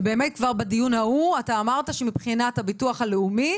וכבר בדיון ההוא אתה אמרת שמבחינת הביטוח הלאומי,